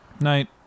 Night